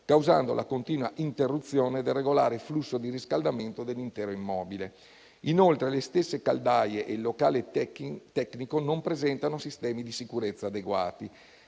causando la continua interruzione del regolare flusso di riscaldamento dell'intero immobile. Inoltre, le stesse caldaie e il locale tecnico non presentano sistemi di sicurezza adeguati.